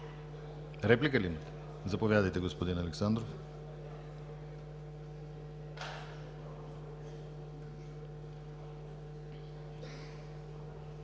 Реплики? Заповядайте, господин Александров.